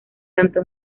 tanto